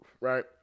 right